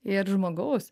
ir žmogaus